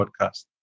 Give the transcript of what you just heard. podcast